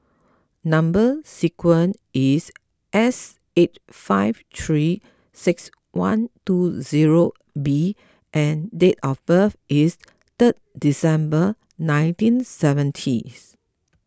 Number Sequence is S eight five three six one two zero B and date of birth is third December nineteen seventies